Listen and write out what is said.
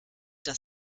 das